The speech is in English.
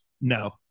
No